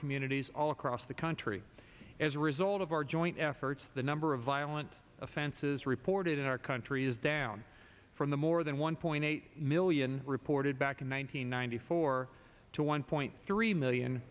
communities all across the country as a result of our joint efforts the number of violent offenses reported in our country is down from the more than one point eight million reported back in one nine hundred ninety four to one point three million